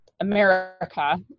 america